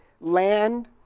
land